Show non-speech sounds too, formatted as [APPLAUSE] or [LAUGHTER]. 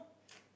[NOISE]